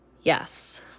yes